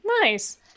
Nice